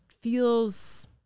feels